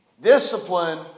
discipline